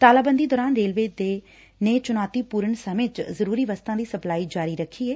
ਤਾਲਾਬੰਦੀ ਦੌਰਾਨ ਰੇਲਵੇ ਨੇ ਚੁਣੌਤੀਪੁਰਨ ਸਮੇ ਚ ਜਰੂਰੀ ਵਸਤਾ ਦੀ ਸਪਲਾਈ ਜਾਰੀ ਰੱਖੀ ਏ